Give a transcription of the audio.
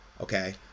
Okay